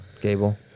Gable